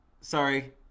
sorry